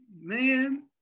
man